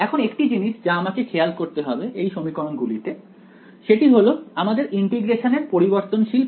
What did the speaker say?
এখন একটি জিনিস যা আমাকে খেয়াল করতে হবে এই সমীকরণ গুলিতে সেটি হল আমাদের ইন্টিগ্রেশনের পরিবর্তনশীল কি